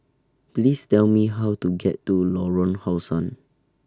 Please Tell Me How to get to Lorong How Sun